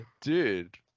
dude